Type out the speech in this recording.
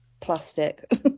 plastic